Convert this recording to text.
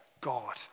God